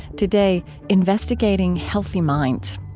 today, investigating healthy minds.